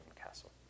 Castle